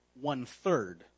one-third